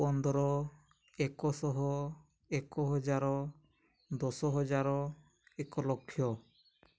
ପନ୍ଦର ଏକଶହ ଏକ ହଜାର ଦଶ ହଜାର ଏକ ଲକ୍ଷ